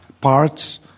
parts